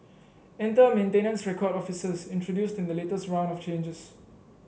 enter maintenance record officers introduced in the latest round of changes